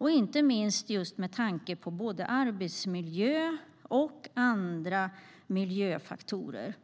inte minst med tanke på både arbetsmiljö och andra miljöfaktorer.